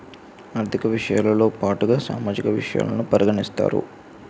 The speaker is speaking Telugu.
ఆర్థిక విషయాలతో పాటుగా సామాజిక విషయాలను పరిగణిస్తారు